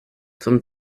zum